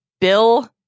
Bill